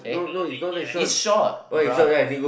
it's short bro